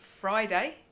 Friday